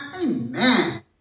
amen